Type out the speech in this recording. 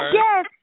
yes